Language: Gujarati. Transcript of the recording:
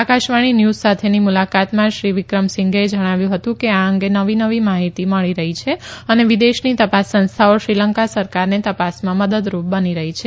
આકાશવાણી ન્યુઝ સાથેની મુલાકાતમાં શ્રી વિક્રમસિંઘેએ જણાવ્યું હતું કે આ અંગે નવી નવી માહિતી મળી રહી છે અને વિદેશની તપાસ સંસ્થાઓ શ્રીલંકા સરકારને તપાસમાં મદદરૂપ બની રહી છે